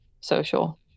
social